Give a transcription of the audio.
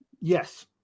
yes